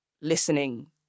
listening